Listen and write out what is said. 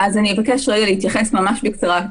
אז אני אבקש רגע להתייחס ממש בקצרה.